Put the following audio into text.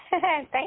Thank